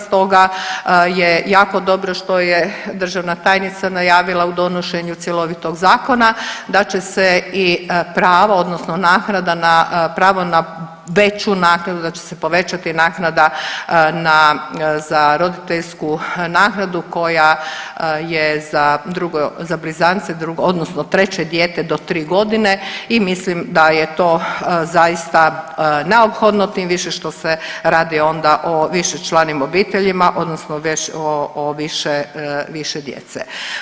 Stoga je jako dobro što je državna tajnica najavila u donošenju cjelovitog zakona da će se i prava odnosno naknada na, pravo na veću naknadu da će se povećati naknada na, za roditeljsku naknadu koja je za drugo, za blizance, drugo odnosno treće dijete do 3 godine i mislim da je to zaista neophodno tim više što se radi onda o višečlanim obiteljima odnosno o više, više djece.